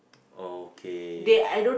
okay